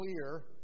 clear